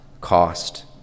cost